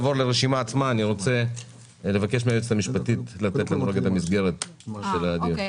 אבקש מהיועצת המשפטית של הוועדה לתת את המסגרת של הדיון.